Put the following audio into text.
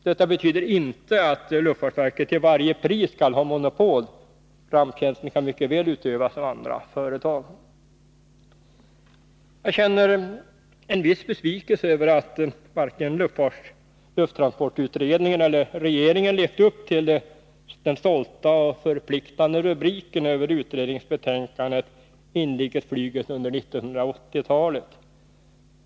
Detta betyder inte att luftfartsverket till varje pris skall ha monopol. Ramptjänsten kan mycket väl utövas av andra företag. Jag känner en viss besvikelse över att varken lufttransportutredningen eller regeringen levt upp till den stolta och förpliktande rubriken över utredningsbetänkandet Inrikesflyget under 1980-talet.